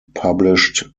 published